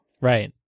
Right